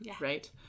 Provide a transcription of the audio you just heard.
right